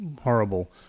horrible